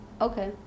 Okay